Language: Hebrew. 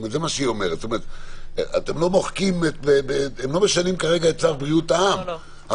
הם לא משנים כרגע את צו בריאות העם,